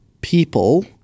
people